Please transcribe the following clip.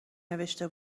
نوشته